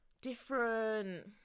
different